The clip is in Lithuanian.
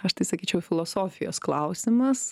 aš tai sakyčiau filosofijos klausimas